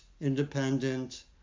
independent